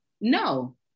No